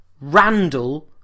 Randall